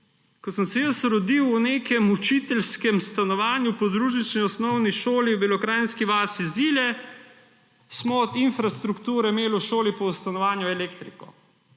Ko sem se jaz rodil v nekem učiteljskem stanovanju v podružnični osnovni šoli v belokranjski vasi Zilje, smo od infrastrukture imeli v šoli pa v stanovanju elektriko.